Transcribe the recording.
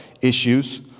issues